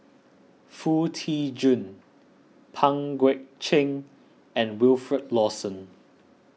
Foo Tee Jun Pang Guek Cheng and Wilfed Lawson